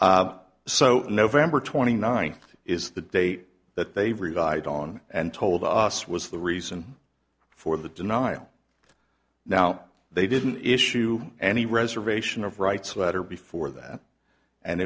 out so november twenty ninth is the date that they've relied on and told us was the reason for the denial now they didn't issue any reservation of rights letter before that and